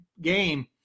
game